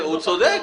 הוא צודק,